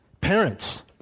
Parents